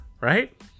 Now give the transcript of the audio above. Right